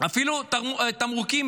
אפילו תמרוקים,